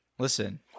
Listen